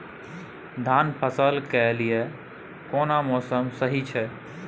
धान फसल के लिये केना मौसम सही छै?